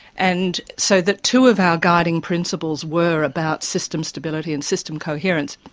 and so that two of our guiding principles were about system stability and system coherence.